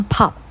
Pop